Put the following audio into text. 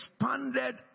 expanded